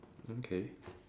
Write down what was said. okay